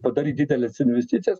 padaryt dideles investicijas